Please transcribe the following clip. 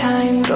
Time